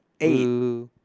eight